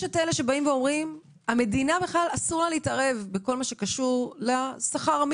יש כאלה שאומרים שלמדינה אסור להתערב בכל מה שקשור לשכר,